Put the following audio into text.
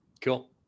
Cool